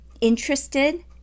interested